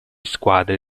squadre